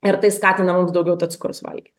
ir tai skatina daugiau to cukraus valgyti